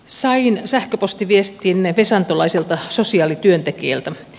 sain sähköpostiviestin vesantolaiselta sosiaalityöntekijältä